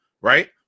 right